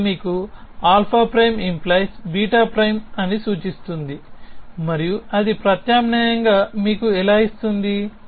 ఇది మీకు α'🡪β' అని సూచిస్తుంది మరియు అది ప్రత్యామ్నాయంగా మీకు ఎలా ఇస్తుంది